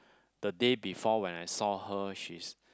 the day before when I saw her she's